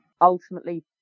ultimately